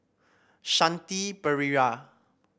Shanti Pereira